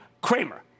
Kramer